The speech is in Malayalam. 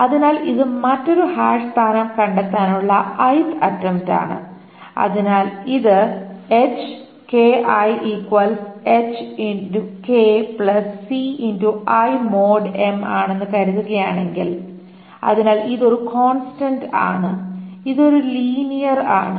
അതിനാൽ ഇത് മറ്റൊരു ഹാഷ് സ്ഥാനം കണ്ടെത്താനുള്ള 'ith' അറ്റെംപ്റ്റാണ് അതിനാൽ ഇത് ആണെന്ന് കരുതുകയാണെങ്കിൽ അതിനാൽ ഇത് ഒരു കോൺസ്റ്റന്റ് ആണ് ഇത് ഒരു ലീനിയർ ആണ്